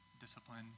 discipline